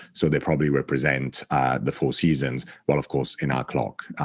so they probably represent the four seasons, while, of course, in our clock,